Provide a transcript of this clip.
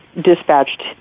dispatched